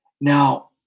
now